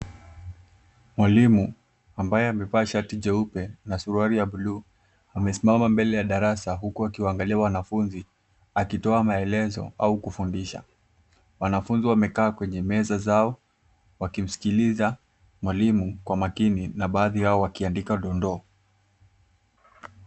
Mwalimu, ambaye amevaa shati jeupe na suruali ya buluu amesimama mbele ya darasa huku akiwaangalia wanafunzi akitoa maelezo au kufundisha. Wanafunzi wamekaa kwenye meza zao wakimsikiliza mwalimu wao kwa makini na baadhi yao wakiandika dondoo.